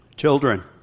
Children